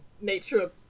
nature